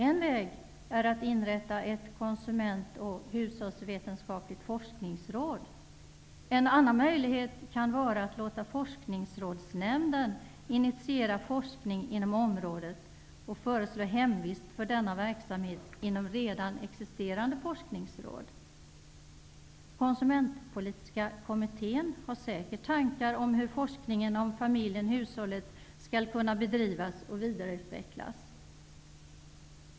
En väg är att inrätta ett konsument och hushållsvetenskapligt forskningsråd. En annan möjlighet kan vara att låta Forskningsrådsnämnden initiera forskning inom området och föreslå hemvist för denna verksamhet inom redan existerande forskningsråd. Konsumentpolitiska kommittén har säkert tankar om hur forskningen om familjen/hushållet skall kunna bedrivas och vidareutvecklas.